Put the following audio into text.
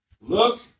Look